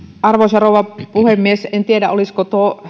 arvoisa rouva puhemies en tiedä olisiko